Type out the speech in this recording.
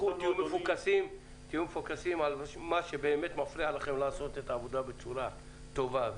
תהיו מפוקסים על מה שבאמת מפריע לכם לעשות את העבודה בצורה טובה,